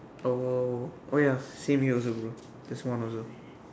oh !wow! !wow! !wow! oh ya same here also bro just one also